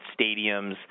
stadiums